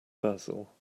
basil